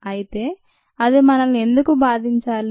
అయితే అది మనల్ని ఎందుకు బాధించాలి